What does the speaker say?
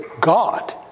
God